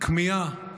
כמיהה